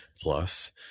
Plus